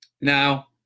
Now